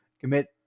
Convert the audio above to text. commit